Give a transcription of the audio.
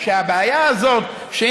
שהבעיה הזאת,